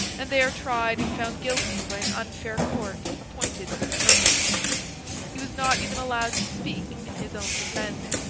and there tried and found guilty by an unfair court appointed for the purpose he was not even allowed to speak in his own defence.